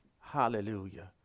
Hallelujah